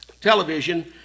television